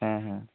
হ্যাঁ হ্যাঁ